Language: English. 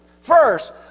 First